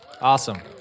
Awesome